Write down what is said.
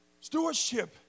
Stewardship